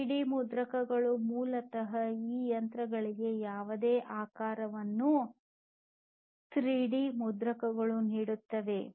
3ಡಿ ಮುದ್ರಕಗಳು ಮೂಲತಃ ಈ ಯಂತ್ರಗಳಿಗೆ ಯಾವುದೇ ಆಕಾರವನ್ನು 3ಡಿ ಮುದ್ರಕಗಳು ನೀಡುತ್ತವೆ